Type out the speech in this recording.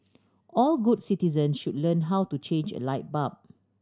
all good citizen should learn how to change a light bulb